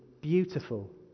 beautiful